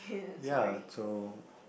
ya so